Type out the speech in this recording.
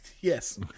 Yes